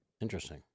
Interesting